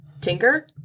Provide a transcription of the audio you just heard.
Tinker